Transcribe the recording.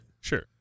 sure